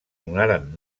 donaren